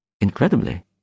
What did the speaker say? incredibly